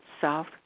South